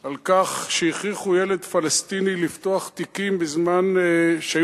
על כך שהכריחו ילד פלסטיני לפתוח תיקים שהיו